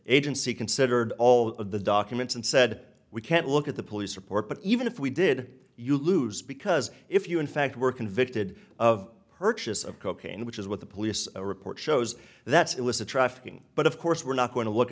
agency considered all of the documents and said we can't look at the police report but even if we did you lose because if you in fact were convicted of purchase of cocaine which is what the police report shows that's illicit trafficking but of course we're not going to look